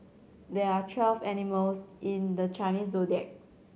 there are twelve animals in the Chinese Zodiac